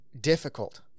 difficult